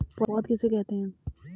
पौध किसे कहते हैं?